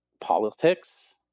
politics